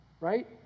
Right